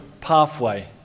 pathway